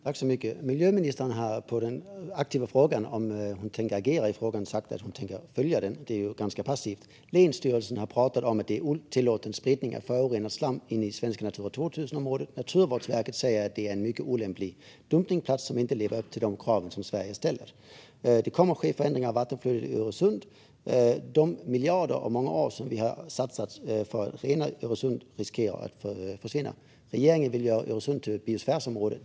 Fru talman! Miljöministern har blivit aktivt tillfrågad om hon tänker agera i frågan. Hon har svarat att hon tänker följa den. Det är ganska passivt. Länsstyrelsen har pratat om att det är fråga om otillåten spridning av förorenat slam in i svenska Natura 2000-områden. Naturvårdsverket säger att det är en mycket olämplig dumpningsplats som inte lever upp till de krav som Sverige ställer. Det kommer att ske förändringar av vattenflödet genom Öresund. De miljarder som vi under många år har satsat på att rena Öresund riskerar att vara förgäves. Regeringen vill göra Öresund till ett biosfärområde.